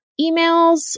emails